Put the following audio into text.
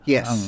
Yes